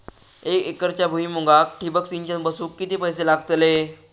एक एकरच्या भुईमुगाक ठिबक सिंचन बसवूक किती पैशे लागतले?